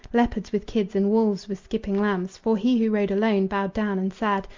leopards with kids and wolves with skipping lambs? for he who rode alone, bowed down and sad,